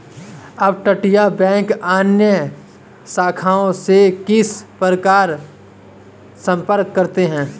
अपतटीय बैंक अन्य शाखाओं से किस प्रकार संपर्क करते हैं?